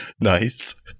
Nice